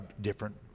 different